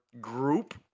group